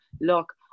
look